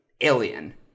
alien